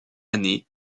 année